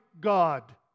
God